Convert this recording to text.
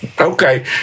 Okay